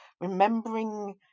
remembering